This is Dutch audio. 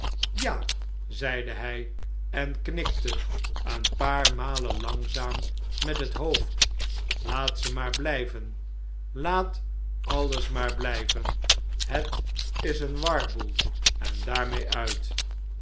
ja zeide hij en knikte een paar malen langzaam met het hoofd laat ze maar blijven laat alles maar blijven het is een warboel en daarmee uit